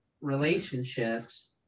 relationships